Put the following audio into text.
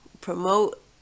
promote